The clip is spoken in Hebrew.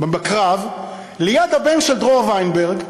בקרב, ליד הבן של דרור וינברג.